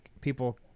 people